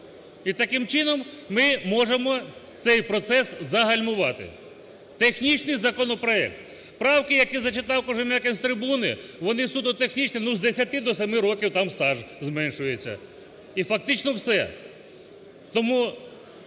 І таким чином ми можемо цей процес загальмувати. Технічний законопроект. Правки, які зачитав Кожем'якін з трибуни, вони суто технічні. Ну, з десяти до семи років там стаж зменшується і фактично все.